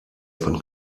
von